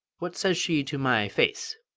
what says she to my face?